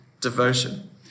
devotion